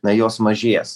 na jos mažės